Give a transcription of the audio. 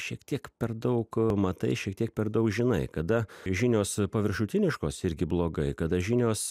šiek tiek per daug matai šiek tiek per dau žinai kada žinios paviršutiniškos irgi blogai kada žinios